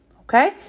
Okay